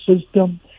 system